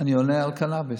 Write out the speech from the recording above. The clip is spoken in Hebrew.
אני עונה על קנביס.